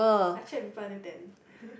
I chat with people until ten